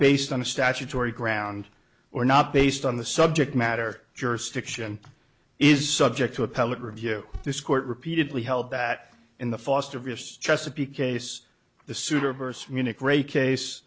based on a statutory ground or not based on the subject matter jurisdiction is subject to appellate review this court repeatedly held that in the foster chesapeake case the souter bearse munich re case